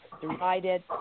divided